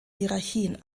hierarchien